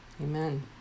Amen